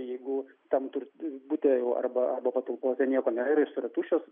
jeigu tam turi bute jau arba arba patalpose nieko nėra jis yra tuščias